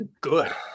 good